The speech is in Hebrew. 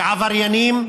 כבעבריינים,